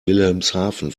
wilhelmshaven